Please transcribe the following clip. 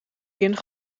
kin